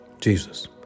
Jesus